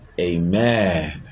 Amen